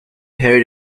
heard